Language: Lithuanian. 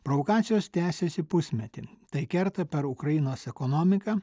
provokacijos tęsiasi pusmetį tai kerta per ukrainos ekonomiką